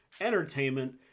entertainment